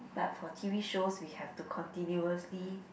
but for T_V shows we have to continuously